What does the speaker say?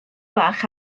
bach